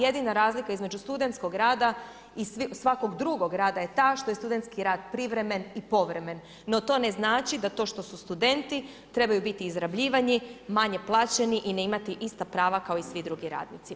Jedina razlika između studentskog rada i svakog drugog rada je ta što je studentski rad privremen i povremen, no to ne znači da to što su studenti trebaju biti izrabljivani, manje plaćeni i ne imati ista prava kao i svi drugi radnici.